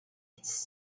its